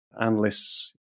analysts